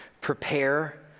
prepare